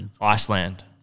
Iceland